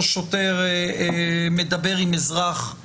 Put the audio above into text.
שוטר מדבר עם אזרח